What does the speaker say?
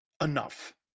enough